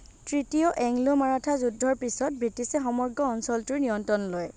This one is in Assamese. তৃতীয় এংলো মাৰাঠা যুদ্ধৰ পিছত ব্ৰিটিছে সমগ্ৰ অঞ্চলটোৰ নিয়ন্ত্ৰণ লয়